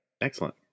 Excellent